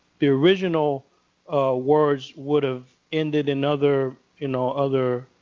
the original words would have ended in other you know other